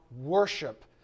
worship